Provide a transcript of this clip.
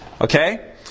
Okay